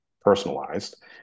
personalized